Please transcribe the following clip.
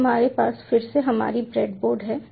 अब हमारे पास फिर से हमारी ब्रेडबोर्ड है